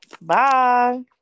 Bye